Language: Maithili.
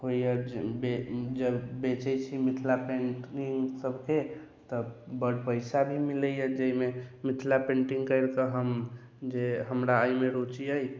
होइए जँ बेचै छी मिथिला पेंटिंगसभके तऽ बड्ड पैसा भी मिलैए जाहिमे मिथिला पेंटिंग करिके हम जे हमरा एहिमे रुचि अइ